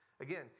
Again